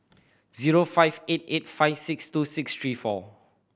zero five eight eight five six two six three four